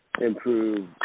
improve –